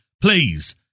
please